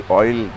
oil